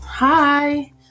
Hi